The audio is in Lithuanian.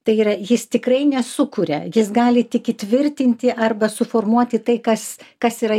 tai yra jis tikrai nesukuria jis gali tik įtvirtinti arba suformuoti tai kas kas yra